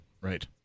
Right